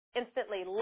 instantly